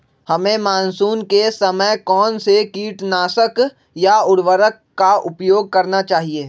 हमें मानसून के समय कौन से किटनाशक या उर्वरक का उपयोग करना चाहिए?